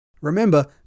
Remember